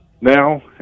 now